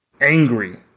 angry